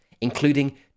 including